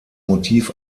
motiv